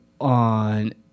on